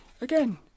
Again